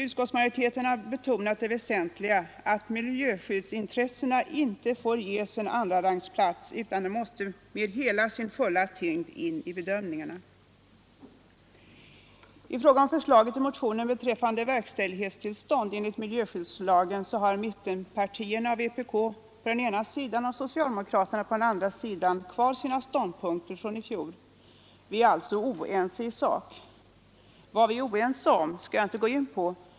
Utskottsmajoriteten har betonat det väsentliga, nämligen att miljöskyddsintressena inte får ges en andrarangsplats utan måste med sin fulla tyngd in i bedömningarna. I fråga om förslaget i motionen beträffande verkställighetstillstånd enligt miljöskyddslagen har mittenpartierna och vpk å den ena sidan och socialdemokraterna å den andra kvar sina ståndpunkter från i fjol. Vi är alltså oense i sak. Vad vi är oense om skall jag inte gå in på.